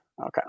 okay